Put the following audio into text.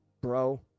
bro